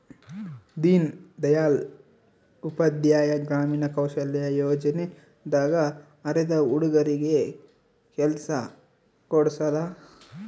ದೀನ್ ದಯಾಳ್ ಉಪಾಧ್ಯಾಯ ಗ್ರಾಮೀಣ ಕೌಶಲ್ಯ ಯೋಜನೆ ದಾಗ ಅರೆದ ಹುಡಗರಿಗೆ ಕೆಲ್ಸ ಕೋಡ್ಸೋದ